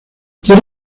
quiere